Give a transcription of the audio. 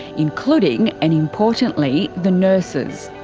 including, and importantly, the nurses.